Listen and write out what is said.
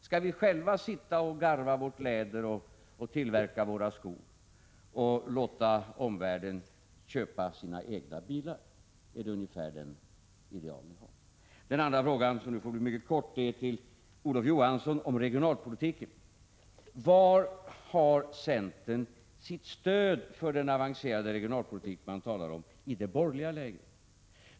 Skall vi själva garva vårt läder och tillverka våra skor och låta omvärlden köpa sina egna bilar? Är det ungefär det ideal ni har? Den andra frågan, som får bli mycket kort, är till Olof Johansson om regionalpolitiken: Var i det borgerliga lägret har centern sitt stöd för den avancerade regionalpolitik man talar om?